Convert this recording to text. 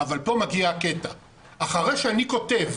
אבל פה מגיע הקטע, אחרי שאני כותב: